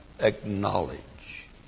acknowledge